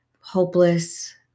hopeless